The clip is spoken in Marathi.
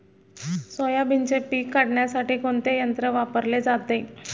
सोयाबीनचे पीक काढण्यासाठी कोणते यंत्र वापरले जाते?